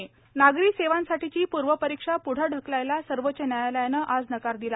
प्र्वपरीक्षा नागरी सेवांसाठीची पूर्वपरीक्षा पूढे ढकलायला सर्वोच्च न्यायालयानं आज नकार दिला